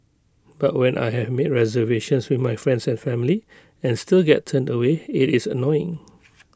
but when I have made reservations with my friends and family and still get turned away IT is annoying